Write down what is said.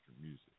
music